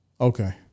Okay